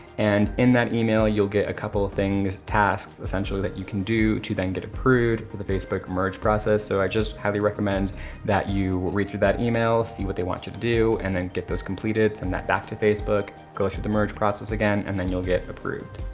and in that email, you'll get a couple of things, tasks, essentially, that you can do to then get approved for the facebook merge process. so i just highly recommend that you read through that email, see what they want you to do and then get those completed, send that back to facebook, go through the merge process again, and then you'll get approved.